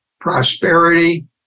prosperity